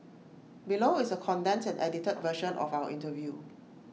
below is A condensed and edited version of our interview